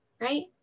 Right